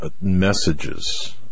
messages